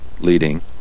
leading